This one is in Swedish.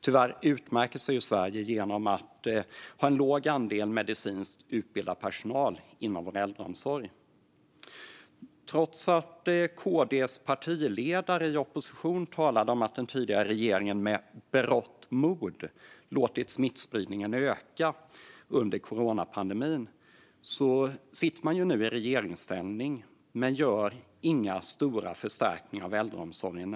Tyvärr utmärker sig Sverige genom att ha liten andel medicinskt utbildad personal inom äldreomsorgen. KD:s partiledare talade i opposition om att den tidigare regeringen hade med berått mod låtit smittspridningen öka under coronapandemin. Nu sitter man i regeringsställning men gör ändå inga stora förstärkningar av äldreomsorgen.